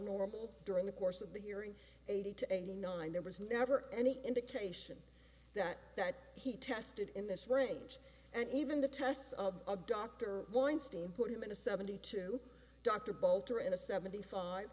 normal during the course of the hearing eighty to eighty nine there was never any indication that that he tested in this range and even the tests of a dr borenstein put him in a seventy two dr bolter and a seventy five